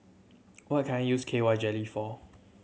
what can I use K Y Jelly for